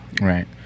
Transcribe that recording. right